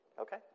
okay